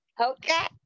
okay